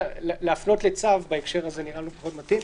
להפנות לצו בהקשר הזה, נראה לנו פחות מתאים.